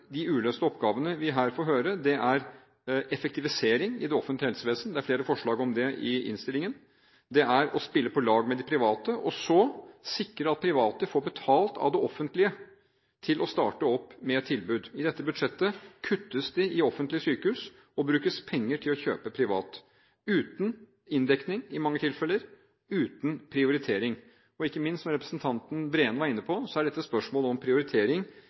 de uløste oppgavene vi her får høre, er effektivisering i det offentlige helsevesen – det er flere forslag om det i innstillingen. Det er å spille på lag med de private og sikre at private får betalt av det offentlige for å starte opp med tilbud. I dette budsjettet kuttes det i offentlige sykehus og brukes penger til å kjøpe privat – uten inndekning i mange tilfeller, uten prioritering. Ikke minst, som representanten Breen var inne på, er spørsmålet om prioritering